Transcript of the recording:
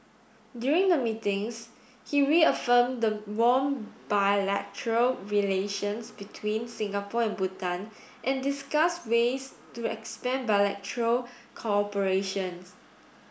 during the meetings he reaffirmed the warm bilateral relations between Singapore and Bhutan and discussed ways to expand bilateral cooperation